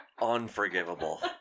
Unforgivable